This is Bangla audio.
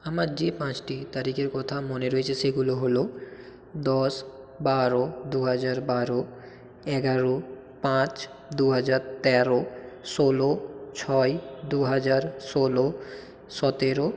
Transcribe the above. আমার যে পাঁচটি তারিখের কথা মনে রয়েছে সেগুলো হলো দশ বারো দু হাজার বারো এগারো পাঁচ দু হাজার তেরো ষোলো ছয় দু হাজার ষোলো সতেরো